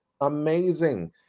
amazing